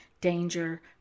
danger